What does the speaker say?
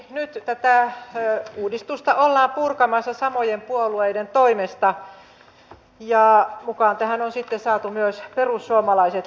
nyt tätä uudistusta ollaan purkamassa samojen puolueiden toimesta ja mukaan tähän leikkaukseen on saatu myös perussuomalaiset